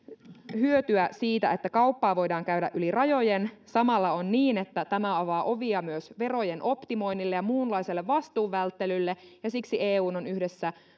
hyötyä siitä että kauppaa voidaan käydä yli rajojen samalla on niin että tämä avaa ovia myös verojen optimoinnille ja muunlaiselle vastuun välttelylle ja siksi eun on yhdessä